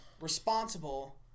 responsible